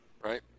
Right